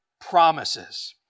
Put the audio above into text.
promises